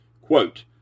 Quote